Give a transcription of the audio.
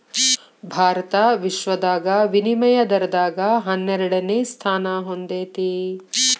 ಭಾರತ ವಿಶ್ವದಾಗ ವಿನಿಮಯ ದರದಾಗ ಹನ್ನೆರಡನೆ ಸ್ಥಾನಾ ಹೊಂದೇತಿ